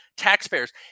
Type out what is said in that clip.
taxpayers